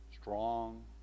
strong